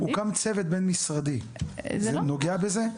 הוקם צוות בין משרדי, זה נוגע בזה?